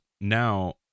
now